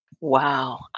Wow